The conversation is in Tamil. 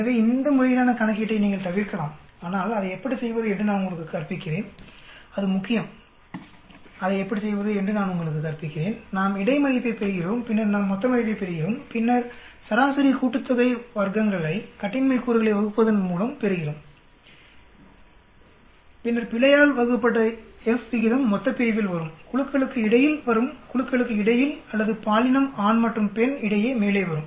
எனவே இந்த முறையிலான கணக்கீட்டை நீங்கள் தவிர்க்கலாம் ஆனால் அதை எப்படி செய்வது என்று நான் உங்களுக்கு கற்பிக்கிறேன் அது முக்கியம் அதை எப்படி செய்வது என்று நான் உங்களுக்கு கற்பிக்கிறேன் நாம் இடை மதிப்பை பெறுகிறோம் பின்னர் நாம் மொத்த மதிப்பைப் பெறுகிறோம் பின்னர் வர்க்கங்களின் சராசரி கூட்டுத்தொகையை கட்டின்மை கூறுகளை வகுப்பதன் மூலம் பெறுகிறோம் பின்னர் பிழையால் வழங்கப்பட்ட F விகிதம் மொத்தப்பிரிவில் வரும் குழுக்களுக்கு இடையில் வரும் குழுக்களுக்கு இடையில் அல்லது பாலினம் ஆண் மற்றும் பெண் இடையே மேலே வரும்